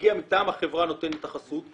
שיגיע מטעם החברה נותנת החסות,